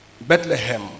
Bethlehem